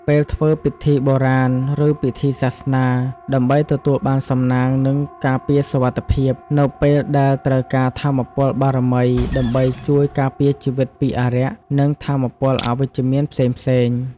ពេលធ្វើពិធីបុរាណ ឬពិធីសាសនា ដើម្បីទទួលបានសំណាង និងការពារសុវត្ថិភាព នៅពេលដែលត្រូវការថាមពលបារមីដើម្បីជួយការពារជីវិតពីអារក្ស និងថាមពលអវិជ្ជមានផ្សេងៗ។